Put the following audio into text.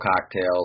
cocktails